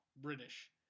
British